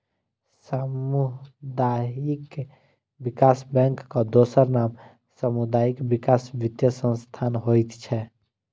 सामुदायिक विकास बैंकक दोसर नाम सामुदायिक विकास वित्तीय संस्थान होइत छै